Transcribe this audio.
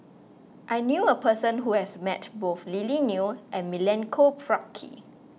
I knew a person who has met both Lily Neo and Milenko Prvacki